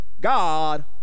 God